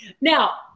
now